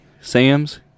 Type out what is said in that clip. Sam's